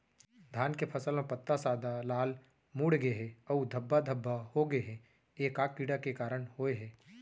धान के फसल म पत्ता सादा, लाल, मुड़ गे हे अऊ धब्बा धब्बा होगे हे, ए का कीड़ा के कारण होय हे?